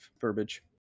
verbiage